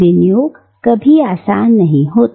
विनियोग कभी आसान नहीं होता